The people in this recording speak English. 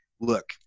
look